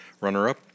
Runner-up